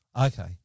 Okay